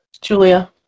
Julia